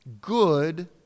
good